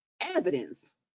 evidence